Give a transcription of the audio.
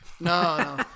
No